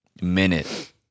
minute